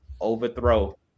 overthrow